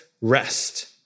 rest